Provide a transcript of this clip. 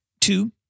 Two